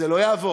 זה לא יעבור.